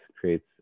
creates